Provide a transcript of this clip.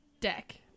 deck